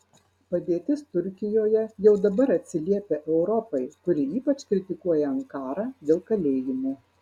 padėtis turkijoje jau dabar atsiliepia europai kuri ypač kritikuoja ankarą dėl kalėjimų